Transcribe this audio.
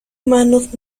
manos